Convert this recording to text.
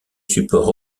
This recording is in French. support